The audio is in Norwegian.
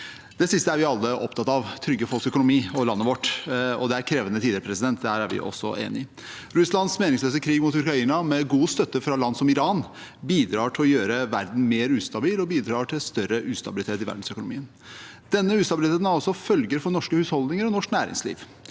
Det siste er vi alle opptatt av – å trygge folks økonomi og landet vårt. Det er krevende tider; der er vi også enige. Russlands meningsløse krig mot Ukraina, med god støtte fra land som Iran, bidrar til å gjøre verden mer ustabil og bidrar til større ustabilitet i verdensøkonomien. Denne ustabiliteten har også følger for norske husholdninger og norsk næringsliv.